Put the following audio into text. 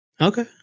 Okay